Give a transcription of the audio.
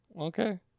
okay